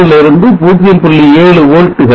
6 to 0